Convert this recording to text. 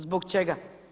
Zbog čega?